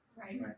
right